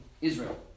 Israel